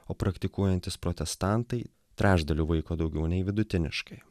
o praktikuojantys protestantai trečdaliu vaiko daugiau nei vidutiniškai